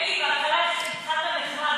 אלי, התחלת נחמד,